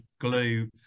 glue